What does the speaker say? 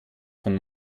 von